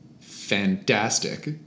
fantastic